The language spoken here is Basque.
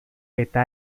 eta